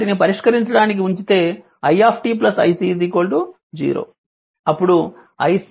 వాటిని పరిష్కరించడానికి ఉంచితే i iC 0